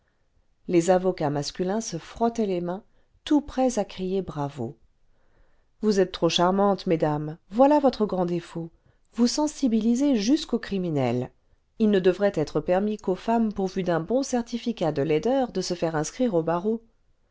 les avocats masculins se frottaient les mains tout prêts à crier bravo vous êtes trop charmantes mesdames voilà votre grand défaut vous sensibilisez jusqu'aux criminels il ne devrait être permis qu'aux femmes pourvues d'un bon certificat de laideur de se faire inscrire au barreau